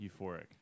Euphoric